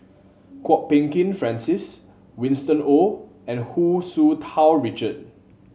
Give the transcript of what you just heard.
Kwok Peng Kin Francis Winston Oh and Hu Tsu Tau Richard